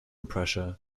pressure